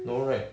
no right